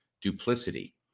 duplicity